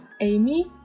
Amy